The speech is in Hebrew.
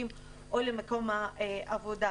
למחוז חפצם.